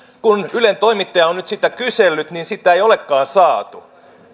kun ylen toimittaja on nyt sitä kysellyt niin sitä ei olekaan saatu